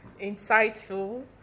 insightful